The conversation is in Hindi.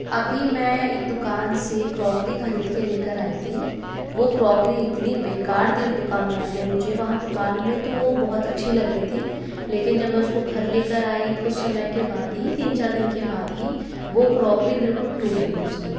अभी मैं एक दुकान से क्रॉकरी खरीद के लेकर आई थी वो क्रॉकरी इतनी बेकार दी उस दुकानदार ने मुझे वहाँ दुकान में तो वो अच्छी लग रही थी लेकिन जब में उस को घर लेकर आई कुछ समय के बाद ही तीन चार दिन के बाद ही वो क्रॉकरी बिल्कुल टूट गयी उसकी